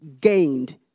gained